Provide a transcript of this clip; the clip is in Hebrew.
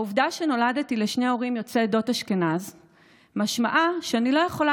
העובדה שנולדתי לשני הורים יוצאי עדות אשכנז משמעה שאני לא יכולה